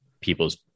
people's